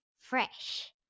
fresh